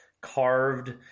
carved